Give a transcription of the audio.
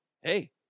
hey